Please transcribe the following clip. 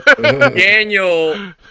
Daniel